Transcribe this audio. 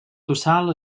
tossal